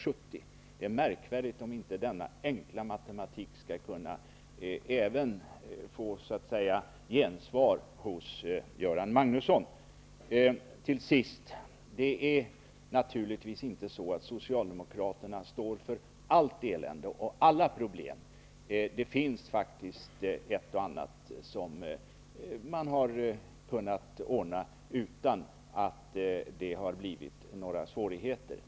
Det vore märkvärdigt om inte denna enkla matematik skulle kunna få gensvar även hos Göran Till sist: Det är naturligtvis inte så, att Socialdemokraterna står bakom allt elände och alla problem. Det finns faktiskt ett och annat som har åstadkommits utan att det har dragit med sig några svårigheter.